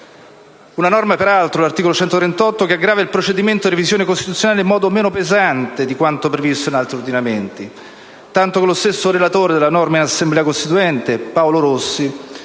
Una norma, peraltro, l'articolo 138 della Costituzione, che aggrava il procedimento di revisione costituzionale in modo meno pesante di quanto previsto in altri ordinamenti, tanto che lo stesso relatore della norma in Assemblea costituente, Paolo Rossi,